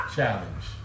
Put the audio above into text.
Challenge